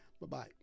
Bye-bye